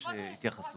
כבוד היושב ראש,